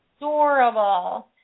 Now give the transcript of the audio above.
adorable